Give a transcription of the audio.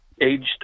aged